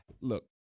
Look